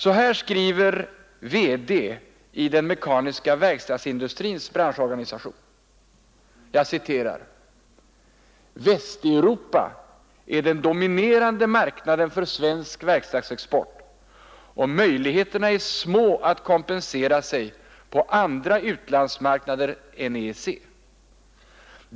Så här skriver VD i den mekaniska verkstadsindustrins branschorgan: ”Västeuropa är den dominerande marknaden för svensk verkstadsexport och möjligheterna är små att kompensera sig på andra utlandsmarknader än EEC.